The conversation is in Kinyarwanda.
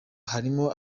harimo